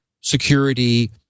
security